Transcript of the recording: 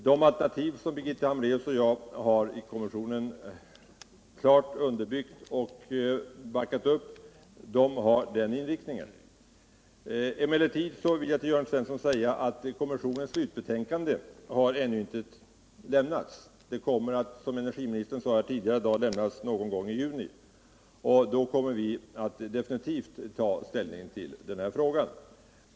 De alternativ som Birgitta Flambracus och jag har underbyggt och backat upp i kommissionen har den inriktningen. Emellertid vill jag till Jörn Svensson säga att kommissionens slutbetänkande ännu inte har lämnats. Det kommer - som energiministern sade här tidigare i dag — att lämnas någon gång i juni, och då kommer vi att definiuvt ta ställning till den här frågan.